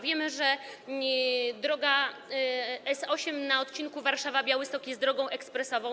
Wiemy, że droga S8 na odcinku Warszawa - Białystok jest drogą ekspresową.